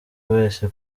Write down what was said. wese